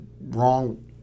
wrong